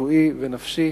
רפואי ונפשי